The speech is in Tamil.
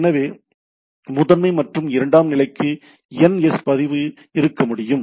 எனவே முதன்மை மற்றும் இரண்டாம் நிலைக்கு என்எஸ் பதிவு இருக்க முடியும்